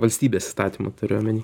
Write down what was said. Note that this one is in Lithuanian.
valstybės įstatymų turiu omeny